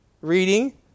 reading